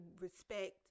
respect